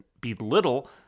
belittle